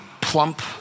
plump